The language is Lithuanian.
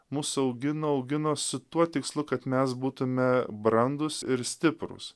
mus augino augino su tuo tikslu kad mes būtume brandūs ir stiprūs